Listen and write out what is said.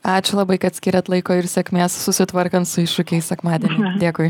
ačiū labai kad skirėt laiko ir sėkmės susitvarkant su iššūkiais sekmadienį dėkui